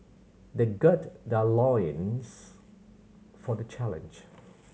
they gird their loins for the challenge